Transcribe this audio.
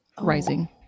rising